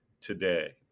today